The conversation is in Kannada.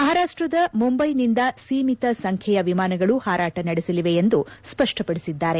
ಮಹಾರಾಪ್ಲದ ಮುಂಬೈನಿಂದ ಸೀಮಿತ ಸಂಬೈಯ ವಿಮಾನಗಳು ಹಾರಾಟ ನಡೆಸಲಿವೆ ಎಂದು ಸ್ವಪ್ಲಪಡಿಸಿದ್ದಾರೆ